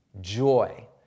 joy